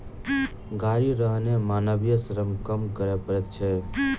गाड़ी रहने मानवीय श्रम कम करय पड़ैत छै